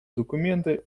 документа